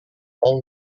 all